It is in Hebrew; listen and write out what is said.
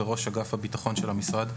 וראש אגף הביטחון של המשרד,